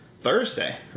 Thursday